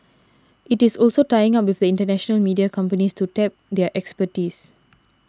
it is also tying up with international media companies to tap their expertise